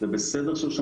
זה בסדר שיש שם